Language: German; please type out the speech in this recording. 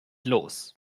los